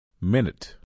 minute